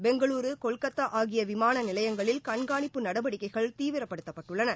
பெங்களுரு கொல்கத்தா ஆகிய விமான நிலையங்களில் கண்காணிப்பு நடவடிக்கைகள் தீவிரப்படுத்தப்பட்டுள்ளன